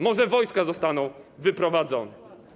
Może wojska zostaną wyprowadzone.